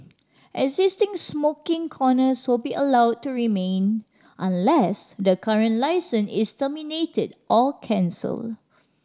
existing smoking corners will be allowed to remain unless the current licence is terminated or cancelled